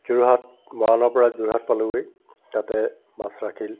যোৰহাট মৰাণৰ পৰা যোৰহাট পালোঁগৈ তাতে বাছ ৰাখিল